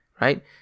right